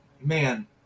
man